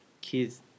kids